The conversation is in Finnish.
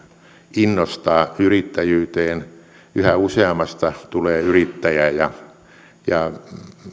innostaa yrittäjyyteen yhä useammasta tulee yrittäjä ja ja